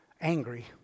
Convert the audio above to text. angry